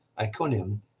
Iconium